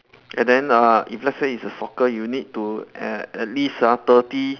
and then uh if let's say it's a soccer you need to at at least ah thirty